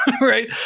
right